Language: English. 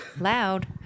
Loud